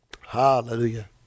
Hallelujah